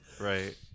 Right